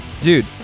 Dude